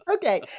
Okay